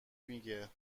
میگه